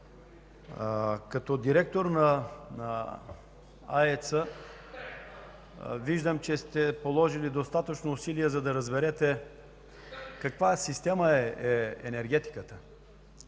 Като директор на АЕЦ-а виждам, че сте положили достатъчно усилия, за да разберете каква система е енергетиката.